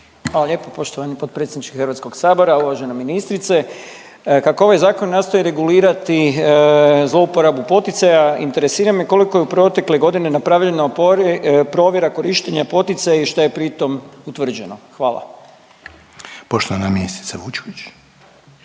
Hvala lijepo poštovani potpredsjedniče HS-a, uvažena ministrice. Kako ovaj Zakon nastoji regulirati zlouporabu poticaja, interesira me koliko je u protekle godine napravljeno provjera korištenja poticaja i šta je pritom utvrđeno. Hvala. **Reiner, Željko